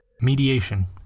Mediation